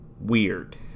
weird